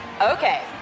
Okay